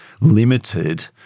limited